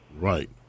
Right